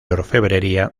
orfebrería